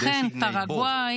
לכן פרגוואי